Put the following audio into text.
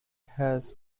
has